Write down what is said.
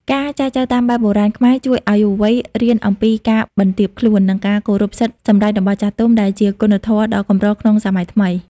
ការចែចូវតាមបែបបុរាណខ្មែរ ជួយឱ្យយុវវ័យរៀនអំពី "ការបន្ទាបខ្លួន និងការគោរពសិទ្ធិសម្រេចរបស់ចាស់ទុំ" ដែលជាគុណធម៌ដ៏កម្រក្នុងសម័យថ្មី។